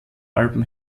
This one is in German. alpen